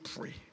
pray